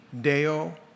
Deo